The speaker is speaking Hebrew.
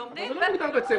לומדים בפעילות פרטית,